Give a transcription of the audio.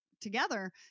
together